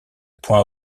point